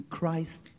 Christ